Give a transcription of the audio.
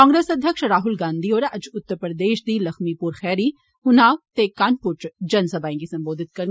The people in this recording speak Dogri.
कांग्रेस अध्यक्ष राहल गांधी होर अज्ज उत्तर प्रदेश च दी लखमीप्र खैरी उनाव ते कानप्र च जनसभाएं गी संबोधित करडन